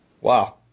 Wow